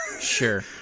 sure